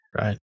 right